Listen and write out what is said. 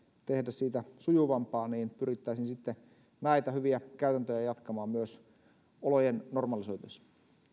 tehdä siitä sujuvampaa niin pyrittäisiin sitten näitä hyviä käytäntöjä jatkamaan myös olojen normalisoituessa